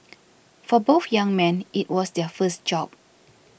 for both young men it was their first job